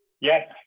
Yes